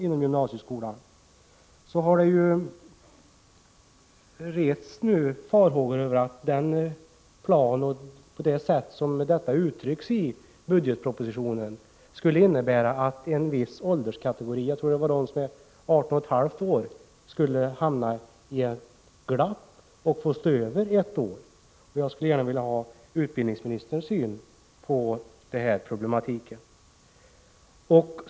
Men det har ju uttalats farhågor om att det sätt som detta uttrycks på i budgetpropositionen skulle innebära att en viss ålderskategorijag tror det var de som är 18 1/2— skulle hamna i ett glapp och få stå över ett år. Jag skulle gärna vilja ha utbildningsministerns syn på den problematiken.